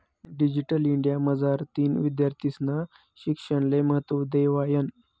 digital India मझारतीन विद्यार्थीस्ना शिक्षणले महत्त्व देवायनं